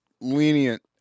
lenient